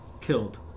killed